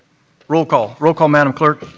roll call. roll call, madam clerk?